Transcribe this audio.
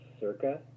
circa